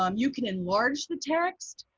um you can enlarge the text.